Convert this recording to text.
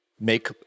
make